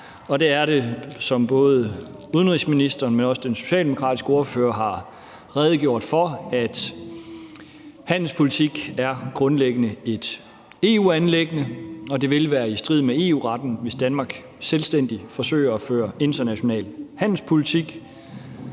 en farbar vej. Som både udenrigsministeren, men også den socialdemokratiske ordfører har redegjort for, er handelspolitik grundlæggende et EU-anliggende, og det ville være i strid med EU-retten, hvis Danmark selvstændigt forsøger at føre international handelspolitik.